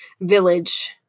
village